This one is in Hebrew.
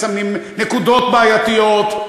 מסמנות נקודות בעייתיות,